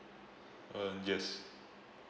uh yes